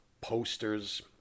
posters